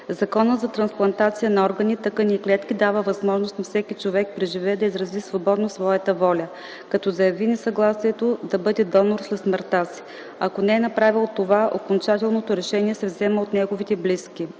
Законът за трансплантация на органи, тъкани и клетки дава възможност на всеки човек приживе да изрази свободно своята воля, като заяви несъгласие да бъде донор след смъртта си. Ако не е направил това, окончателното решение се взима от неговите близки,